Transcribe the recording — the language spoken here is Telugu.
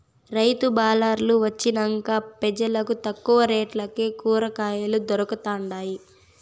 రైతు బళార్లు వొచ్చినంక పెజలకు తక్కువ రేట్లకే కూరకాయలు దొరకతండాయి